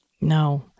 No